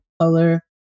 Color